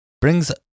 brings